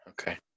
Okay